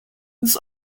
was